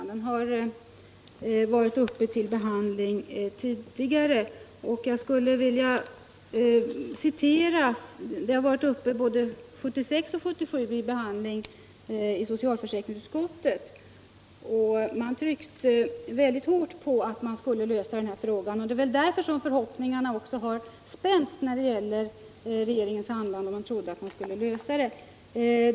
Herr talman! Frågan är inte ny i riksdagen, den har varit uppe till behandling både 1976 och 1977 i socialförsäkringsutskottet, och man tryckte då mycket hårt på att frågan skulle lösas. Det är väl därför som förhoppningarna också har spänts när det gäller regeringens handlande. Man trodde att den skulle kunna lösas.